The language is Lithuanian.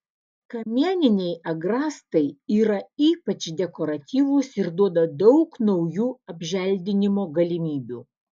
kamieniniai agrastai yra ypač dekoratyvūs ir duoda daug naujų apželdinimo galimybių